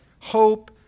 hope